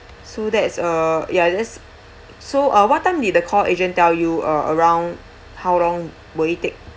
so that's uh yeah that's so uh what time did the call agent tell you uh around how long will it take